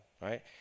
right